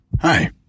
Hi